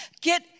Get